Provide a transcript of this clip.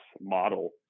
model